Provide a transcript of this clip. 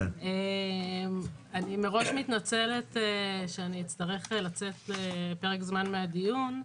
אני מראש מתנצלת שאני אצטרך לצאת לפרק זמן מהדיון.